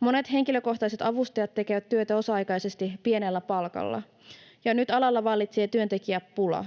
Monet henkilökohtaiset avustajat tekevät työtä osa-aikaisesti pienellä palkalla, ja nyt alalla vallitsee työntekijäpula.